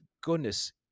goodness